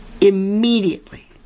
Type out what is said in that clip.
immediately